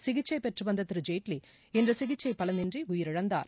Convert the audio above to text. சிகிச்சைப் பெற்றுவந்த திரு ஜேட்வி இன்று சிகிச்சை பலனின்றி உயிரிழந்தார்